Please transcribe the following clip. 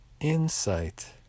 insight